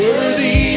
Worthy